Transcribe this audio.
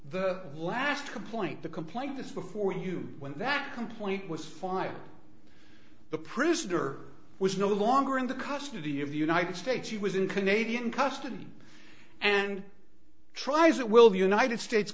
the last complaint the complaint this before you when that complaint was filed the prisoner was no longer in the custody of united states he was in canadian custody and tries it will the united states